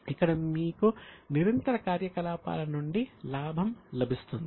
ఇక్కడ మీకు నిరంతర కార్యకలాపాల నుండి లాభం లభిస్తుంది